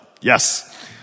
Yes